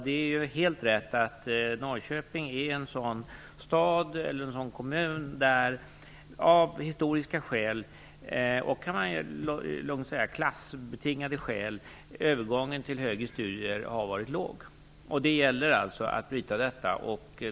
Det är helt rätt att Norrköping är en sådan stad eller kommun där av historiska skäl - man kan lugnt säga klassbetingade skäl - övergången till högre studier har varit låg. Det gäller alltså att bryta det mönstret.